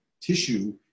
tissue